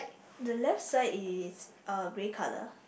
the left side is uh grey color